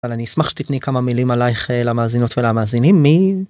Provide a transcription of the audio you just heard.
אבל אני אשמח שתתני כמה מילים עלייך למאזינות ולמאזינים. מי?